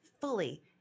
fully